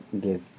give